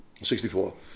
64